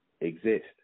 exist